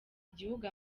igihugu